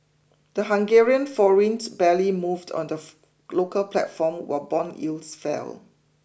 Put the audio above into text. the Hungarian forint barely moved on the local platform while bond yields fell